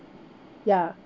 ya